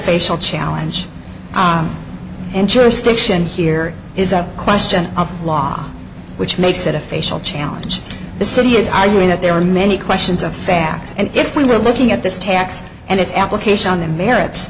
facial challenge and jurisdiction here is a question of law which makes it a facial challenge the city is arguing that there are many questions of facts and if we were looking at this tax and its application on the merit